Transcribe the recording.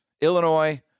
Illinois